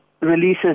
releases